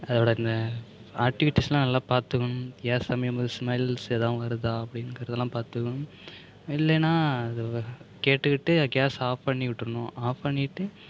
அதோடு இந்த ஆக்டிவிட்டிஸ்லாம் நல்லா பாத்துக்கணும் கேஸ் அமையும்போது ஸ்மல்ஸ் ஏதா வருதா அப்படிங்கறதெல்லாம் பாத்துக்கணும் இல்லைன்னா அது கேட்டுகிட்டு கேஸ் ஆஃப் பண்ணி விட்டுருணும் ஆஃப் பண்ணிவிட்டு